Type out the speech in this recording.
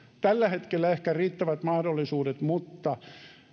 tällä hetkellä ehkä riittävät mahdollisuudet mutta